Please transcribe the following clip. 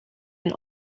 and